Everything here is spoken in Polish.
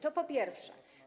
To po pierwsze.